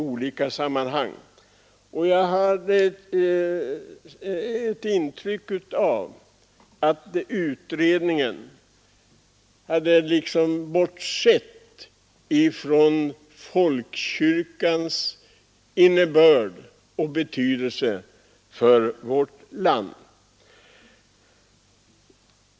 Jag har ett intryck av att utredningen hade bortsett från folkkyrkans innebörd och betydelse för vårt land.